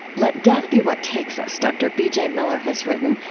let death be what takes us, dr. b j. miller has written,